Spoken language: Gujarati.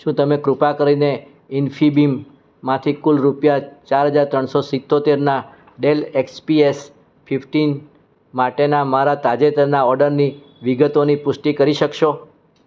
શું તમે કૃપા કરીને ઇન્ફીબીમમાંથી કુલ રૂપિયા ચાર હજાર ત્રણસો સિત્તોતેરના ડેલ એક્સપીએસ ફિફ્ટીન માટેના મારા તાજેતરના ઓર્ડરની વિગતોની પુષ્ટિ કરી શકશો